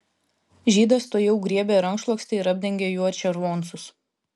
žydas tuojau griebė rankšluostį ir apdengė juo červoncus